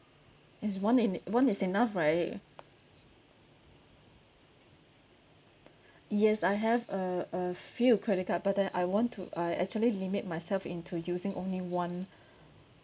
is one en~ one is enough right yes I have uh a few credit card but then I want to I actually limit myself into using only one